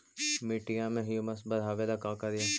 मिट्टियां में ह्यूमस बढ़ाबेला का करिए?